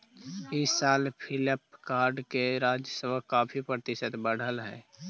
इस साल फ्लिपकार्ट का राजस्व काफी प्रतिशत बढ़लई हे